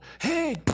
hey